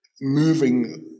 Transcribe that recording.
moving